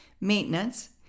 maintenance